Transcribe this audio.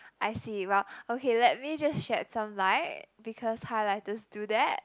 I see well okay let me just shed some light because highlighters do that